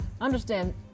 Understand